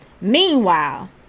Meanwhile